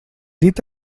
dit